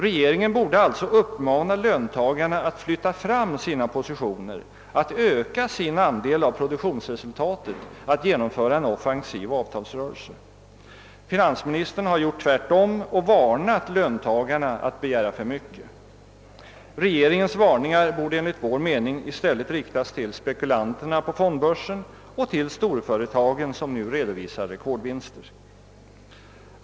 Regeringen borde alltså uppmana löntagarna att flytta fram sina positioner, att öka sin andel av produktionsresultatet, att genomföra en offensiv avtalsrörelse. Finansministern har gjort tvärtom och varnat löntagarna för att begära för mycket. Regeringens varningar borde enligt vår mening i stället riktas till spekulanterna på fondbörsen och till storföretag som nu redovisar rekordvinster.